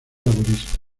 laborista